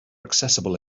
accessible